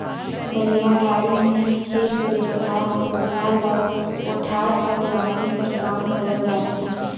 बइला गाड़ी मे ही खेत ले भार, बोझा ल कोठार तक लाने कर काम करल जाथे